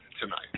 tonight